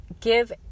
give